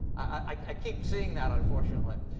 i keep seeing that, unfortunately